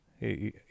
Hey